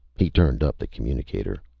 he turned up the communicator.